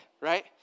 right